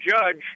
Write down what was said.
judge